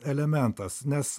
elementas nes